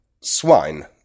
Swine